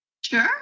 Sure